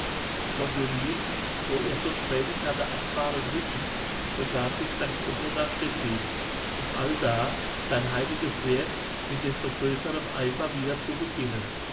von julin wo er so schmählich hatte abfahren müssen begab sich sanct otto nach stettin um allda sein heiliges werk mit desto größerem eifer wieder zu beginnen